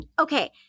okay